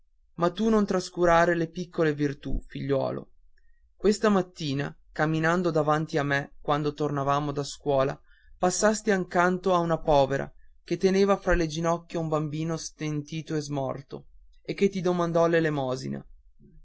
ma tu non trascurare le virtù piccole figliuolo questa mattina camminando davanti a me quando tornavamo dalla scuola passasti accanto a una povera che teneva fra le ginocchia un bambino stentito e smorto e che ti domandò